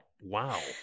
Wow